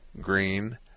green